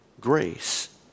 grace